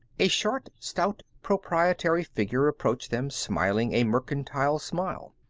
a short, stout, proprietary figure approached them smiling a mercantile smile.